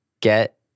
get